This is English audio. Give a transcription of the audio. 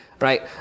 right